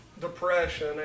depression